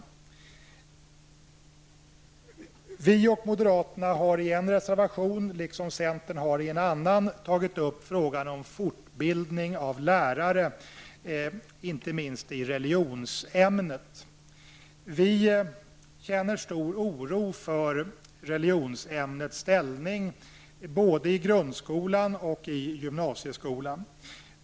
Moderaterna och folkpartiet tar i en reservation, liksom centern i en annan reservation, upp frågan om fortbildning av lärare, inte minst i religionsämnet. Vi känner stor oro för religionsämnets ställning, både i grundskolan och i gymnasieskolan.